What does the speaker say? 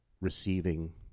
receiving